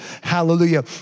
hallelujah